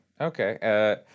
okay